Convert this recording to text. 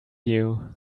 you